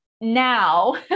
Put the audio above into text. now